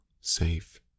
safe